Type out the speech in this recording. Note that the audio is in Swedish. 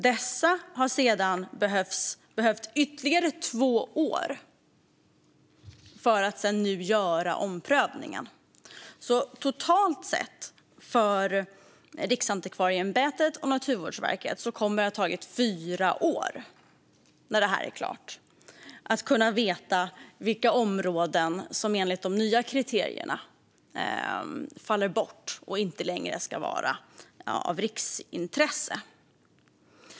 De har sedan behövt ytterligare två år för att göra omprövningen. När detta är klart kommer det totalt sett att ha tagit fyra år för Riksantikvarieämbetet och Naturvårdsverket att få veta vilka områden som enligt de nya kriterierna faller bort och inte längre ska vara av riksintresse.